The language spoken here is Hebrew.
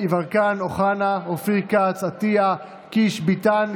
אופיר אקוניס, יובל שטייניץ,